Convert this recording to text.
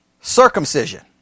circumcision